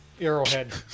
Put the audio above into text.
arrowhead